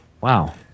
Wow